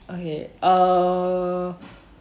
okay err